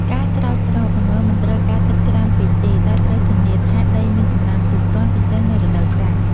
ការស្រោចស្រព ល្ងមិនត្រូវការទឹកច្រើនពេកទេ តែត្រូវធានាថាដីមានសំណើមគ្រប់គ្រាន់ ពិសេសនៅរដូវប្រាំង។